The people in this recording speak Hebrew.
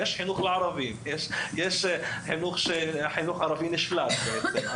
כי החינוך הערבי הוא נשלט בעצם.